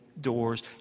doors